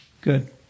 Good